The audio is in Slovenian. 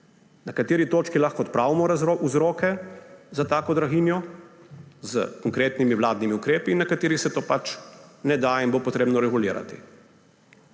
na kateri točki lahko odpravimo vzroke za takšno draginjo s konkretnimi vladnimi ukrepi in na kateri se to pač ne da in bo potrebno regulirati.